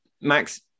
Max